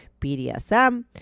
BDSM